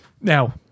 Now